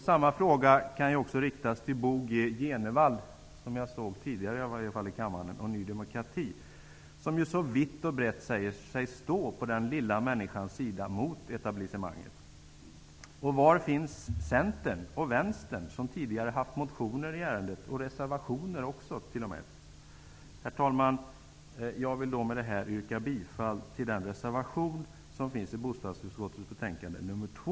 Samma fråga kan riktas till Bo G Jenevall, som jag i varje fall tidigare såg här i kammaren, och Ny demokrati, som talar vitt och brett om att man står på den lilla människans sida mot etablissemanget. Och var finns Centern och Vänstern, som tidigare har haft motioner och t.o.m. reservationer i ärendet? Herr talman! Jag vill med det här yrka bifall till den reservation som finns under mom. 4 i bostadsutskottets betänkande nr 2.